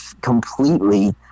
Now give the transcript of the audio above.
completely